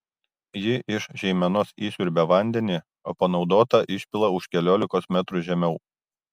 ji iš žeimenos įsiurbia vandenį o panaudotą išpila už keliolikos metrų žemiau